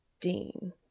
Dean